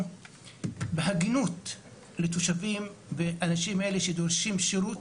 בהגינות לתושבים ולאנשים שדורשים שירות.